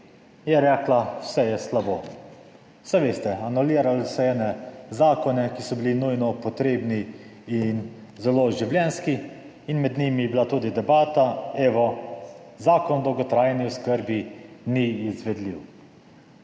je rekla, vse je slabo. Saj veste, anulirali so ene zakone, ki so bili nujno potrebni in zelo življenjski in med njimi je bila tudi debata, evo, Zakon o dolgotrajni oskrbi ni izvedljiv.